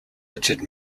richard